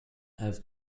have